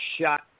shot